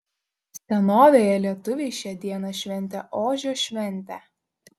senovėje lietuviai šią dieną šventė ožio šventę